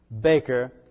Baker